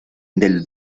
del